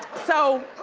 so